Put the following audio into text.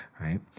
right